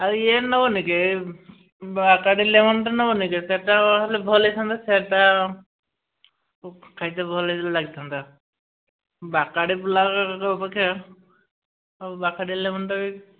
ଆଉ ଇଏ ନେବନି କି ଏଇ ବାକାଡ଼ି ଲେମନ୍ଟା ନେବନି କି ସେଟା ହେଲେ ଭଲ ହୋଇଥାନ୍ତା ସେଇଟାକୁ ଖାଇତେ ଭଲ ବି ଲାଗିଥାଆନ୍ତା ବାକାଡ଼ି ଅପେକ୍ଷା ହେଉ ବାକାଡ଼ି ଲେମନ୍ଟା ବି